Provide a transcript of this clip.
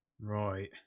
Right